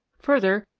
further,